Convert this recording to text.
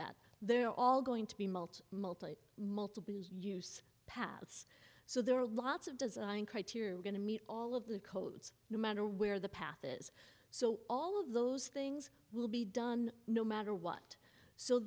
that they're all going to be multi multi multiple use paths so there are lots of design criteria we're going to meet all of the codes no matter where the path is so all of those things will be done no matter what so